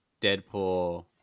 Deadpool